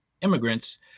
immigrants